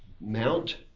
Mount